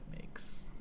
makes